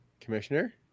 Commissioner